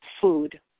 food